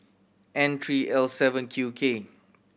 N three L seven Q K